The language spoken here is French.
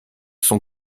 sont